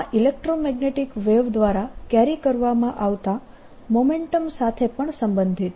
આ electromagnetic wave દ્વારા carry કરવામાં આવતા મોમેન્ટમ સાથે પણ સંબંધિત છે